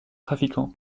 trafiquants